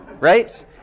Right